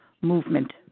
movement